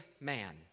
man